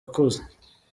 ukuze